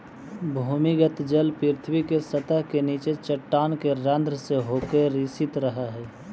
भूमिगत जल पृथ्वी के सतह के नीचे चट्टान के रन्ध्र से होके रिसित रहऽ हई